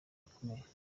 akomeye